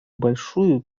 большую